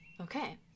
Okay